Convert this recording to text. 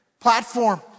platform